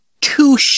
two